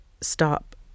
stop